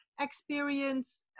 experience